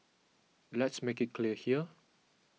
let's make it clear here